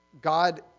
God